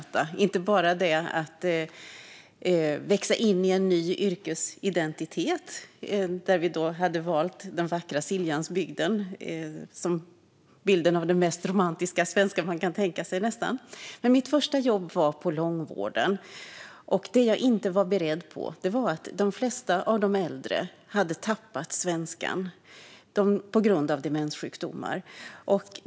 Det handlade inte bara om att växa in i en ny yrkesidentitet i den vackra Siljansbygden, som är sinnebilden av det idylliska Sverige. Mitt första jobb var nämligen på långvården, och jag var inte beredd på att de flesta av de äldre hade tappat svenskan på grund av demenssjukdomar.